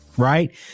Right